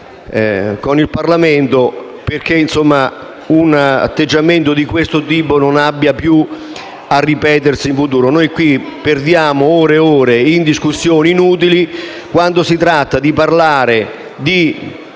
con il Parlamento, affinché un atteggiamento di questo tipo non abbia più a ripetersi in futuro. Perdiamo ore e ore in discussioni inutili ma, quando si tratta di parlare di